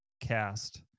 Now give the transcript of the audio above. cast